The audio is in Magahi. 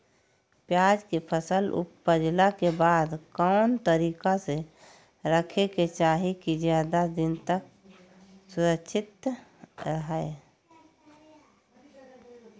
प्याज के फसल ऊपजला के बाद कौन तरीका से रखे के चाही की ज्यादा दिन तक सुरक्षित रहय?